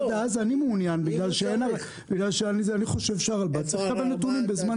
אני חושב שהרלב"ד צריך לקבל נתונים בזמן אמת.